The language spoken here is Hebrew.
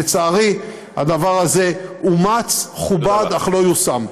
לצערי, הדבר הזה אומץ, כובד, אך לא יושם.